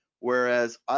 Whereas